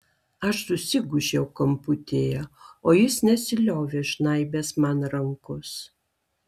aš susigūžiau kamputyje o jis nesiliovė žnaibęs man rankos